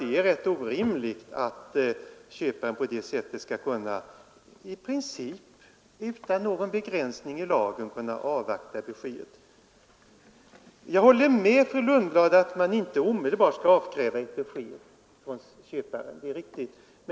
Det är rätt orimligt att köparen på det sättet i princip utan begränsning i lagen skall kunna vänta med att lämna besked.